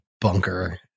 bunker